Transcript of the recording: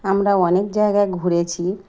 আমরা অনেক জায়গায় ঘুরেছি